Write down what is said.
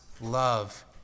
love